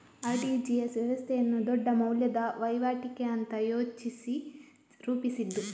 RTGS ವ್ಯವಸ್ಥೆಯನ್ನ ದೊಡ್ಡ ಮೌಲ್ಯದ ವೈವಾಟಿಗೆ ಅಂತ ಯೋಚಿಸಿ ರೂಪಿಸಿದ್ದು